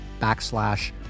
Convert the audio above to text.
backslash